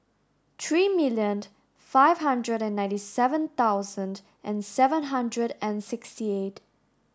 thirty million five hundred ninety seven thousand seven hundred and sixty eight